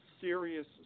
serious